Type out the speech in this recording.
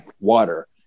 water